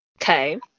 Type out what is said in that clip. Okay